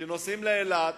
שנוסעים לאילת,